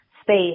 space